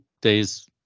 days